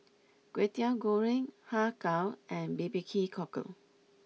Kwetiau Goreng Har Kow and B B Q Cockle